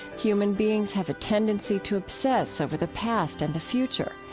human beings have a tendency to obsess over the past and the future.